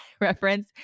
reference